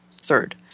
third